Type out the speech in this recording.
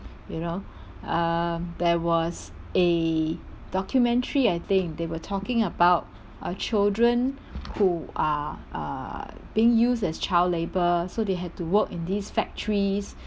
you know uh there was a documentary I think they were talking about uh children who are uh being used as child labour so they had to work in these factories